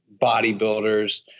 bodybuilders